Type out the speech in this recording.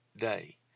day